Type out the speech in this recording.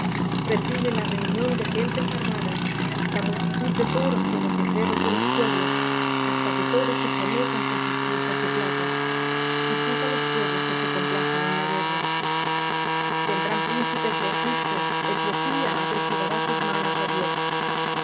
reprime la reunión de gentes armadas la multitud de toros con los becerros de los pueblos hasta que todos se sometan con sus piezas de plata disipa los pueblos que se complacen en la guerra vendrán príncipes de egipto etiopía apresurará sus manos á dios